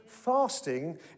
Fasting